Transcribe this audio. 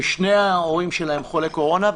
שני ההורים שלהם חולי קורונה,